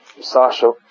Sasha